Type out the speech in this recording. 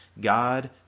God